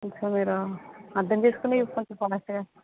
కొంచెం మీరు అర్థం చేసుకొని కొంచెం ఫాస్ట్ గా